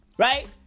Right